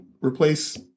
Replace